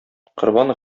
корбан